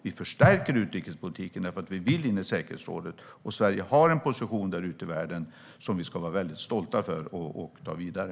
Vi förstärker utrikespolitiken därför att vi vill in i säkerhetsrådet. Sverige har en position där ute i världen som vi ska vara mycket stolta över och ta vidare.